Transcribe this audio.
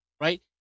Right